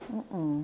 mm mm